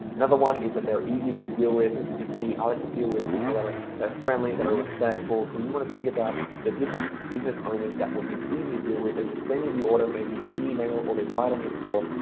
another one is that they're easy to deal with. this is just me. i like to deal with people that are friendly, that are respectful. so you wanna think about the different business owners that would be easy to deal with. they just send you the order, maybe an email or they buy it on your store.